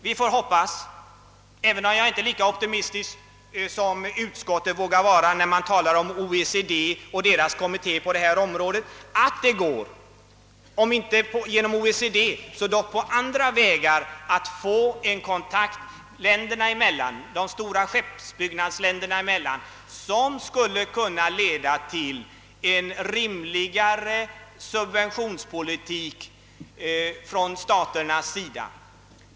Vi får hoppas — även om jag inte är lika optimistisk som utskottet vågar vara, när det talar om OECD och dess kommitté på detta område — att det skall bli möjligt, om inte genom OECD så dock på andra vägar, att få till stånd den kontakt de stora skeppsbyggnadsländerna emellan, som skall kunna leda till en rimligare subventioneringspolitik från staternas sida.